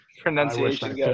pronunciation